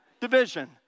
Division